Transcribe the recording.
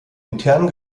internen